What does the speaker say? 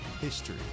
history